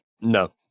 No